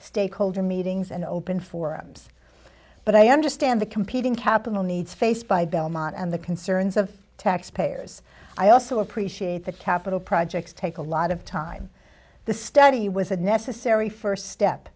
stakeholder meetings and open forums but i understand the competing capital needs faced by belmont and the concerns of taxpayers i also appreciate that capital projects take a lot of time the study was a necessary first step